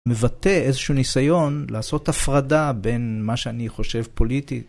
מבטא איזשהו ניסיון לעשות הפרדה בין מה שאני חושב פוליטית.